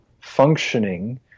functioning